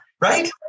right